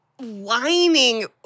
whining